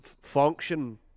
function